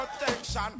protection